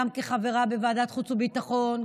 גם כחברה בוועדת החוץ והביטחון,